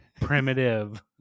primitive